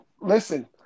Listen